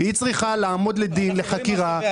היא צריכה לעמוד לדין, לחקירה.